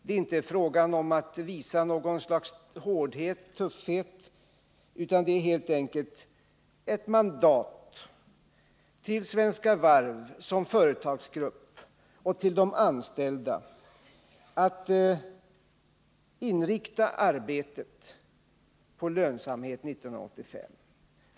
Det är inte fråga om att visa något slags hårdhet eller tuffhet, utan det är helt enkelt fråga om att ge ett mandat till Svenska Varv som företagsgrupp och till de anställda att inrikta arbetet på lönsamhet 1985.